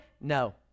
No